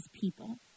people